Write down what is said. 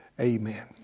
Amen